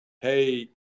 hey